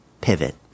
pivot